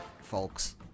folks